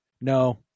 No